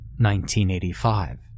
1985